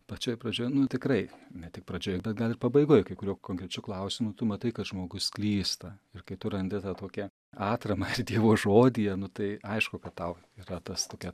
pačioj pradžioj nu tikrai ne tik pradžioje bet gal ir pabaigoj kai kuriuo konkrečiu klausimu tu matai kad žmogus klysta ir kai tu randi tą tokią atramą ar dievo žodyje nu tai aišku kad tau yra tas tokia